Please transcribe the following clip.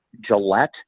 Gillette